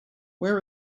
where